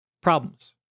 problems